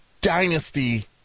dynasty